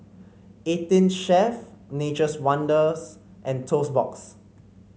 Eighteen Chef Nature's Wonders and Toast Box